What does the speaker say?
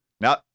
Now